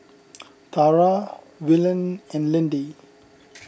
Tara Willene and Lindy